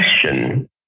question